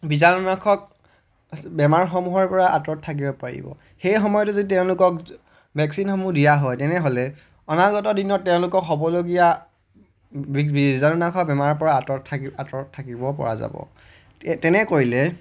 বীজাণুনাশক বেমাৰসমূহৰ পৰা আঁতৰত থাকিব পাৰিব সেই সময়তো যদি তেওঁলোকক ভেকচিনসমূহ দিয়া হয় তেনেহ'লে অনাগত দিনত তেওঁলোকৰ হ'বলগীয়া বীজাণুনাশক বেমাৰৰ পৰা আঁতৰত থাকি আঁতৰত থাকিব পৰা যাব তেনে কৰিলে